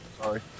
Sorry